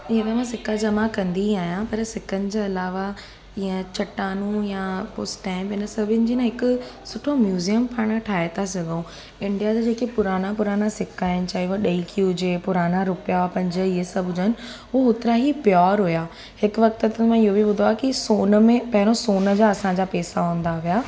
ईअं त मां सिका जमा कंदी आहियां पर सिकनि जे अलावा ईअं चटानू या पोइ स्टैंप इन सभिनि जा न हिकु सुठो म्यूज़ियम पाण ठाहे था सघूं इंडिया जा जेके पुराणा पुराणा सिका आहिनि चांहि उहो ॾेई की हुजे पुराणा रुपिया पंज इहे सभु जब उहे होतिरा ई प्यॉर हुआ हिकु वक़्त ते त मां इहो हूंदो आहे की सोन में पहिरियों सोन जा असांजा पैसा हूंदा हुआ